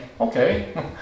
Okay